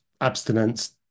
abstinence